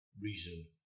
reason